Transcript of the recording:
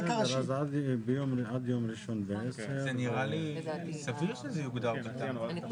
זה נראה לי סביר שזה יוגדר בתמ"א.